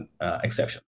exception